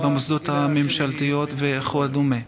במוסדות הממשלתיים וכדומה.